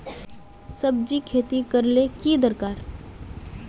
सब्जी खेती करले ले की दरकार?